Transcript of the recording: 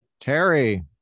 terry